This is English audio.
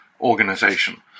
organization